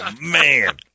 man